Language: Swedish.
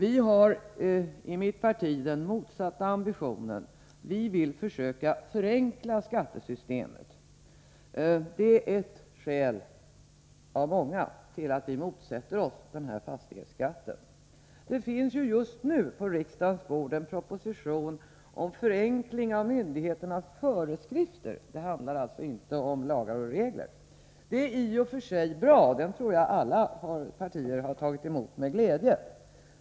I mitt parti har vi den motsatta ambitionen: vi vill försöka förenkla skattesystemet. Det är ett skäl av många till att vi motsätter oss den statliga fastighetsskatten. På riksdagens bord finns just nu en proposition om förenkling av myndigheternas föreskrifter. Det handlar alltså inte om lagar och regler. Det är bra, och den propositionen tror jag alla partier har tagit emot med glädje.